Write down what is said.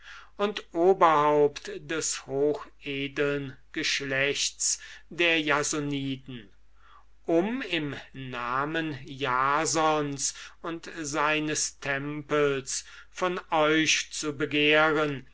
und gebiete oberhaupts des hochedeln geschlechts der jasoniden etc um im namen jasons und seines tempels von euch zu begehren